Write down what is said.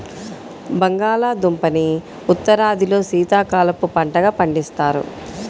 బంగాళాదుంపని ఉత్తరాదిలో శీతాకాలపు పంటగా పండిస్తారు